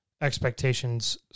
expectations